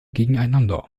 gegeneinander